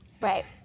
Right